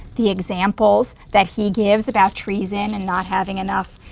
the examples that he gives about treason and not having enough